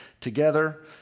together